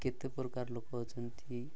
କେତେ ପ୍ରକାର ଲୋକ ଅଛନ୍ତି